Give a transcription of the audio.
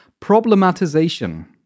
problematization